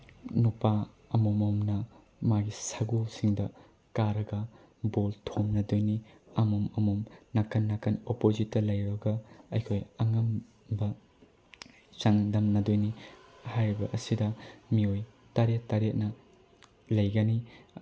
ꯅꯨꯄꯥ ꯑꯃꯃꯝꯅ ꯃꯥꯒꯤ ꯁꯒꯣꯜꯁꯤꯡꯗ ꯀꯥꯔꯒ ꯕꯣꯜ ꯊꯣꯝꯅꯗꯣꯏꯅꯤ ꯑꯃꯣꯝ ꯑꯃꯣꯝ ꯅꯥꯀꯟ ꯅꯥꯀꯟ ꯑꯣꯄꯣꯖꯤꯠꯇ ꯂꯩꯔꯒ ꯑꯩꯈꯣꯏ ꯑꯉꯝꯕ ꯆꯥꯡꯗꯝꯅꯗꯣꯏꯅꯤ ꯍꯥꯏꯔꯤꯕ ꯑꯁꯤꯗ ꯃꯤꯑꯣꯏ ꯇꯔꯦꯠ ꯇꯔꯦꯠꯅ ꯂꯩꯒꯅꯤ